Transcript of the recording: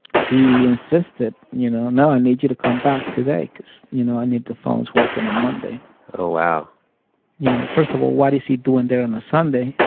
he insisted, you know, no, i need you to come back today cause, you know, i need the phones working on monday oh, wow you know, first of all, what is he doing there on a sunday?